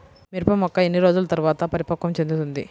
మిరప మొక్క ఎన్ని రోజుల తర్వాత పరిపక్వం చెందుతుంది?